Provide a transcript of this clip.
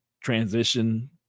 transition